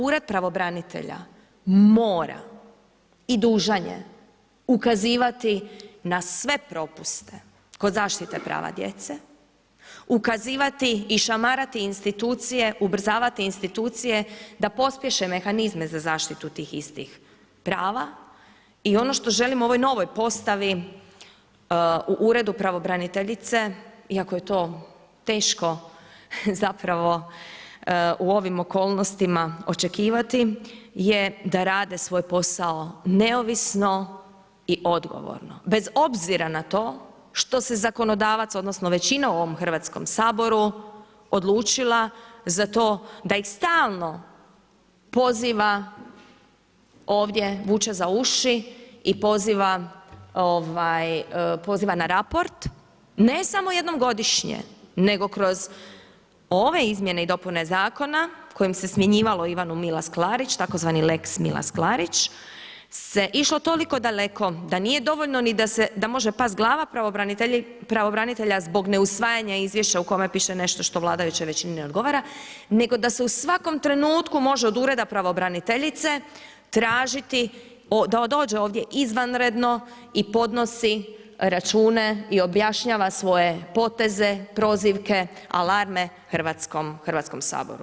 Ured pravobranitelja mora i dužan je ukazivati na sve propuste kod zaštite prava djece, ukazivati i šamarati institucije, ubrzavati institucije da pospješe mehanizme za zaštitu tih istih prava i ono što želim ovoj novoj postavi u Uredu pravobraniteljice, iako je to teško zapravo u ovim okolnostima očekivati je da rade svoj posao neovisno i odgovorno bez obzira na to što se zakonodavac odnosno većina u ovom Hrvatskom saboru odlučila za to da ih stalno poziva ovdje, vuče za uši i poziva na raport ne samo jedno godišnje, nego kroz ove izmjene i dopune zakona kojim se smjenjivalo Ivanu Milas-Klarić tzv. lex Milas-Klarić, se išlo toliko daleko da nije dovoljno ni da može past glava pravobranitelja zbog neusvajanja izvješća u kome piše nešto što vladajuća većina ne odgovara, nego da se u svakom trenutku može od Ureda pravobraniteljice tražiti da dođe ovdje izvanredno i podnosi račune i objašnjava svoje poteze, prozivke, alarme Hrvatskom saboru.